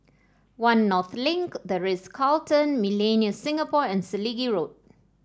One North Link The Ritz Carlton Millenia Singapore and Selegie Road